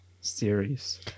series